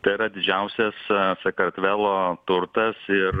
tai yra didžiausias sakartvelo turtas ir